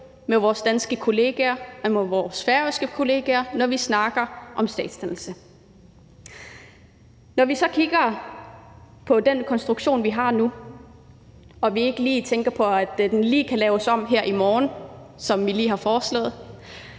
med vores danske kolleger og med vores færøske kolleger, når vi snakker om statsdannelse. Når vi så kigger på den konstruktion, vi har nu, og vi ikke lige tænker på, at den lige kan laves om her i morgen, som vi lige har foreslået,